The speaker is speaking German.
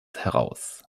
heraus